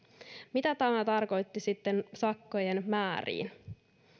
mitä tämä tarkoitti sitten sakkojen määriin